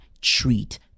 treat